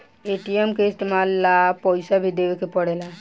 ATM के इस्तमाल ला पइसा भी देवे के पड़ेला